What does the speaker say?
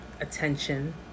attention